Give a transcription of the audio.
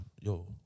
yo